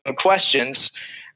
questions